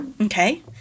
Okay